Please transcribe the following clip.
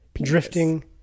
drifting